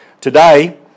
today